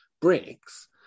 bricks